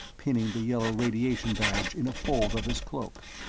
pinning the yellow radiation badge in a fold of his cloak.